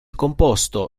composto